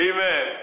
Amen